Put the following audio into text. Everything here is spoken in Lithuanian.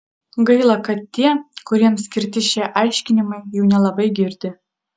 gaila kad tie kuriems skirti šie aiškinimai jų nelabai girdi